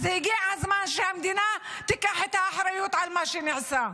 אז הגיע הזמן שהמדינה תיקח את האחריות על מה שנעשה.